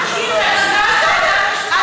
אנחנו נצביע על העברה לוועדת הכנסת.